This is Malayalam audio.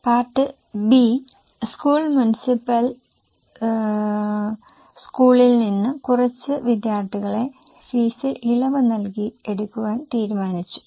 പാർട്ട് സ്കൂൾ മുനിസിപ്പൽ സ്കൂളിൽ നിന്ന് കുറച്ച് വിദ്യാർത്ഥികളെ ഫീസിൽ ഇളവ് നൽകി എടുക്കാൻ തീരുമാനിച്ചു